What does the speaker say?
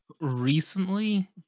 recently